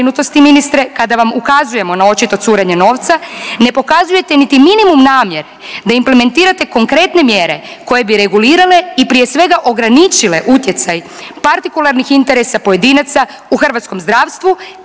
ministre kada vam ukazujemo na očito curenje novca ne pokazujete niti minimum namjere da implementirate konkretne mjere koje bi regulirale i prije svega ograničile utjecaj partikularnih interesa pojedinaca u hrvatskom zdravstvu